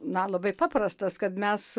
na labai paprastas kad mes